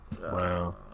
Wow